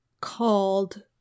called